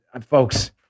folks